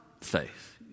faith